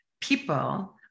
people